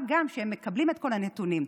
מה גם שהם מקבלים את כל הנתונים.